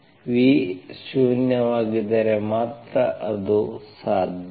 v ಶೂನ್ಯವಾಗಿದ್ದರೆ ಮಾತ್ರ ಅದು ಸಾಧ್ಯ